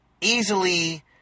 easily